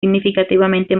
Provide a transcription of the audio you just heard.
significativamente